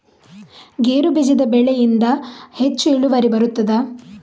ಗೇರು ಬೀಜದ ಬೆಳೆಯಿಂದ ಹೆಚ್ಚು ಇಳುವರಿ ಬರುತ್ತದಾ?